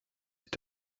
est